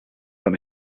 that